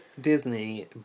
Disney